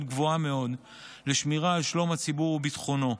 גבוהה מאוד לשמירה על שלום הציבור וביטחונו.